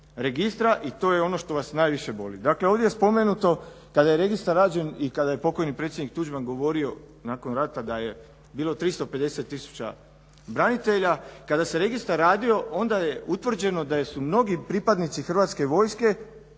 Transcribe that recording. registra i to je ono što vas najviše boli. Dakle, ovdje je spomenuto kada je registar rađen i kada je pokojni predsjednik Tuđman govorio nakon rata da je bilo 350 tisuća branitelja, kada se registar radio onda je utvrđeno da su mnogi pripadnici Hrvatske vojske